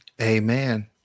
Amen